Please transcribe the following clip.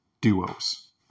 duos